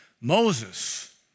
Moses